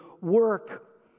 work